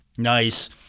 Nice